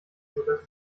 sodass